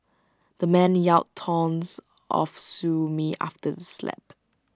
the man yelled taunts of sue me after the slap